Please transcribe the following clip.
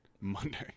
Monday